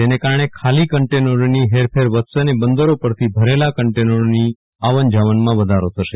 તેને કારણે ખાલી કન્ટેનરોની હરફેર વધશે અને બદરો પરથી ભરેલા કન્ટેનરોની આવન જાવનમાં વધારો થશે